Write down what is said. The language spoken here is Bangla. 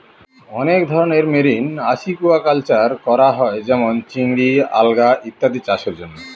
অনেক ধরনের মেরিন আসিকুয়াকালচার করা হয় যেমন চিংড়ি, আলগা ইত্যাদি চাষের জন্য